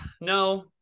no